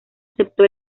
aceptó